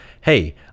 hey